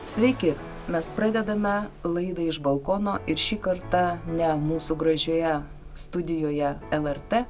sveiki mes pradedame laidą iš balkono ir šį kartą ne mūsų gražioje studijoje lrt